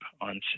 on